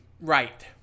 Right